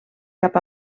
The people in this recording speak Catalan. cap